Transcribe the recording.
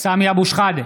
סמי אבו שחאדה,